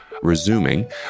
resuming